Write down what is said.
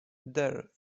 there